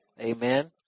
Amen